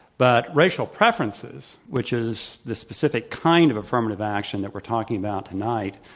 but racial preferences, which is the specific kind of affirmative action that we're talking about tonight,